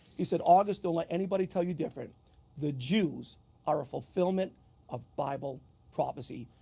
he said, august, don't let anybody tell you different the jews are a fulfillment of bible prophecy.